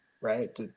right